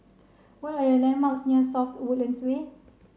what are the landmarks near South Woodlands Way